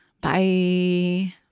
Bye